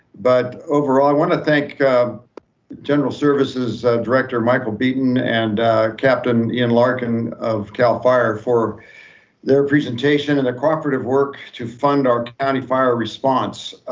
but overall i wanna thank general services director, michael beaton, and captain larkin of cal fire for their presentation and their cooperative work to fund our county fire response.